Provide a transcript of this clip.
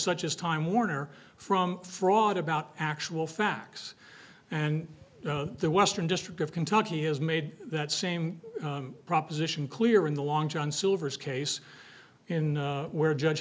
such as time warner from fraud about actual facts and the western district of kentucky has made that same proposition clear in the long john silver's case in where judge